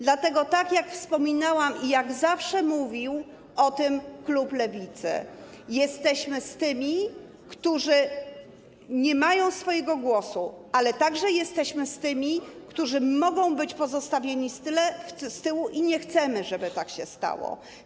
Dlatego - tak jak wspominałam i jak zawsze mówił o tym klub Lewicy - jesteśmy z tymi, którzy nie mają swojego głosu, ale także jesteśmy z tymi, którzy mogą być pozostawieni z tyłu, a nie chcemy, żeby tak się stało.